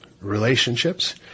relationships